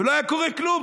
ולא היה קורה כלום,